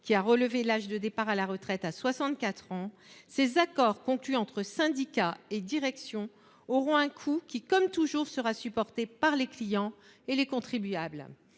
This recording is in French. qui a relevé l’âge de départ à la retraite à 64 ans, ces accords conclus entre syndicats et directions auront un coût qui, comme toujours, sera supporté par les clients et les contribuables.